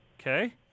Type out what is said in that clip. Okay